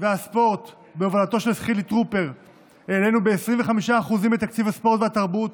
והספורט בהובלתו של חילי טרופר העלינו ב-25% את תקציב הספורט והתרבות,